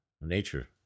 nature